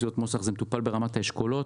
וזה מטופל ברמת האשכולות,